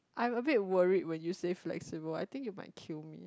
I'm a bit worried when you say flexible I think you might kill me